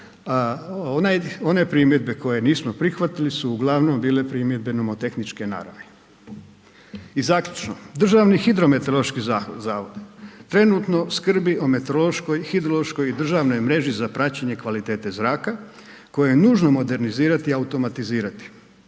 one primjedbe koje nismo prihvatili su uglavnom bile primjedbe nomotehničke naravi. I zaključno Državni hidrometeorološki zavod trenutno skrbi o meteorološkoj, hidrološkoj i državnoj mreži za praćenje kvalitete zraka koju je nužno modernizirati i automatizirati.